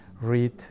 read